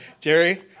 Jerry